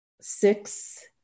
six